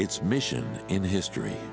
its mission in history